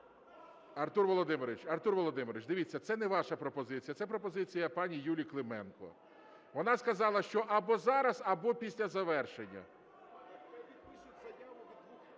Артур Володимирович, дивіться, це не ваша пропозиція, це пропозиція пані Юлії Клименко. Вона сказала, що або зараз, або після завершення.